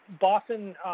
Boston